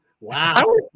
Wow